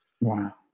Wow